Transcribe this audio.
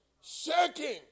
shaking